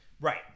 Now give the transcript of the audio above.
Right